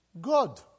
God